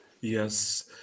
Yes